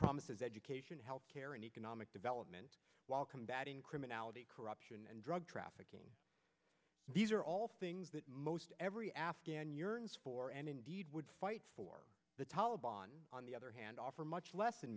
promises education health care and economic development while combating criminality corruption and drug trafficking these are all things that most every afghan yearns for and indeed would fight for the taleban on the other hand offer much less